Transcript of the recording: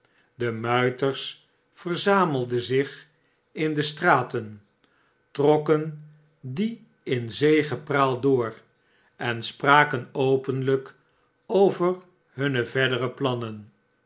de muiters verzamelden zich in de straten trokken die in zegepraal door en spraken openlijk over hunne verdere plannen